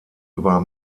über